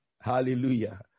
Hallelujah